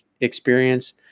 experience